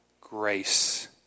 Grace